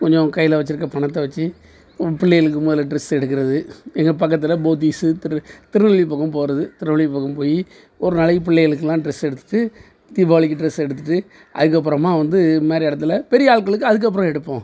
கொஞ்சம் கையில வச்சுருக்க பணத்தை வச்சு பிள்ளைகளுக்கு முதல ட்ரெஸ் எடுக்கிறது எங்கள் பக்கத்தில் போத்தீஸு திரு திருநெல்வேலி பக்கம் போகறது திருநெல்வேலி பக்கம் போய் ஒரு நாளைக்கு பிள்ளைகளுக்கெல்லாம் ட்ரெஸ் எடுத்துவிட்டு தீபாவளிக்கு ட்ரெஸ் எடுத்துவிட்டு அதுக்கப்புறமா வந்து இதுமாதிரி இடத்துல பெரிய ஆட்களுக்கு அதுக்கப்புறம் எடுப்போம்